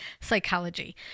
psychology